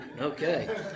Okay